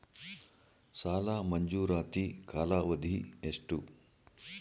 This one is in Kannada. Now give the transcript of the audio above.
ಸಾಲ ಮಂಜೂರಾತಿ ಕಾಲಾವಧಿ ಎಷ್ಟು?